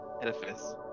edifice